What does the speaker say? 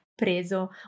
preso